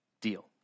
deal